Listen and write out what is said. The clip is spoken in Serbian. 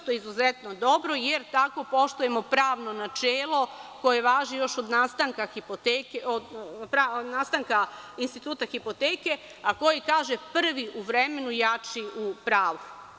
To je izuzetno dobro, jer tako poštujemo pravno načelo koje važi još od nastanka instituta hipoteke, a koje kaže – prvi u vremenu, jači u pravu.